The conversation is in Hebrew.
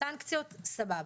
סנקציות - סבבה.